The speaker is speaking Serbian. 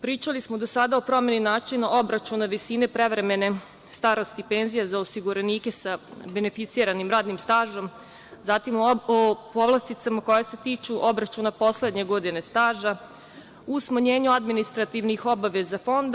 Pričali smo do sada o promeni načina obračuna visine prevremene starosti penzija za osiguranike sa beneficiranim radnim stažom, zatim, o povlasticama koje se tiču obračuna poslednje godine staža u smanjenju administrativnih obaveza fonda.